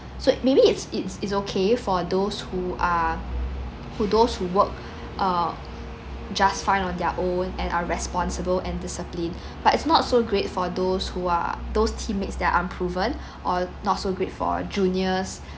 so maybe it's it's it's okay for those who are for those who work uh just fine on their own and are responsible and disciplined but it's not so great for those who are those teammates that are unproven or not so great for juniors